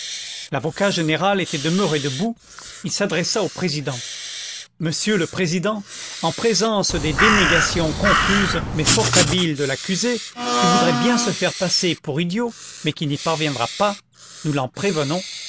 l'avocat général était demeuré debout il s'adressa au président monsieur le président en présence des dénégations confuses mais fort habiles de l'accusé qui voudrait bien se faire passer pour idiot mais qui n'y parviendra pas nous l'en prévenons nous